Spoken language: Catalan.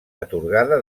atorgada